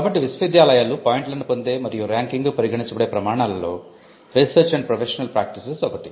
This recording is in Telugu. కాబట్టి విశ్వవిద్యాలయాలు పాయింట్లను పొందే మరియు ర్యాంకింగ్కు పరిగణించబడే ప్రమాణాలలో రీసెర్చ్ అండ్ ప్రొఫెషనల్ ప్రాక్టీసెస్ ఒకటి